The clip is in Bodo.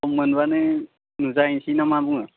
सम मोनबानो नुजाहैसै ना मा बुङो